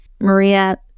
Maria